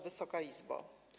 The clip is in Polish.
Wysoka Izbo!